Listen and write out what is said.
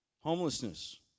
Homelessness